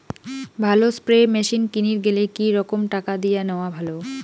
ভালো spray machine কিনির গেলে কি রকম টাকা দিয়া নেওয়া ভালো?